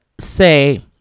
say